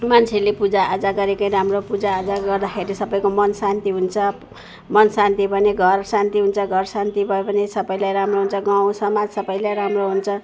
मान्छेले पूजा आजा गरेकै राम्रो पूजा आजा गर्दाखेरि सबैको मन शान्ति हुन्छ मन शान्ति भयो भने घर शान्ति हुन्छ घर शान्ति भयो भने सबैलाई राम्रो हुन्छ गाउँ समाज सबैलाई राम्रो हुन्छ